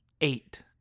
eight